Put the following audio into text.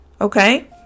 Okay